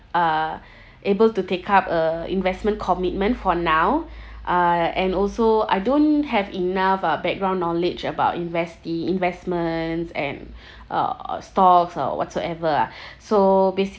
uh able to take up a investment commitment for now uh and also I don't have enough uh background knowledge about invest the investments and uh stocks or whatsoever ah so basically